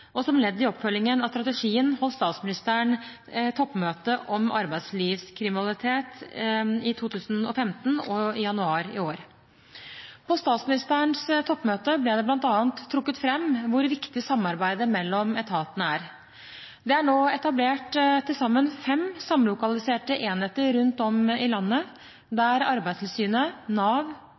og som ledd i oppfølgingen av strategien holdt statsministeren toppmøte om arbeidslivskriminalitet i 2015 og i januar i år. På statsministerens toppmøte ble det bl.a. trukket fram hvor viktig samarbeidet mellom etatene er. Det er nå etablert til sammen fem samlokaliserte enheter rundt om i landet, der Arbeidstilsynet, Nav,